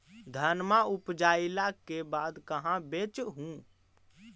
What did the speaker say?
धनमा उपजाईला के बाद कहाँ बेच हू?